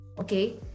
Okay